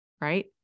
right